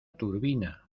turbina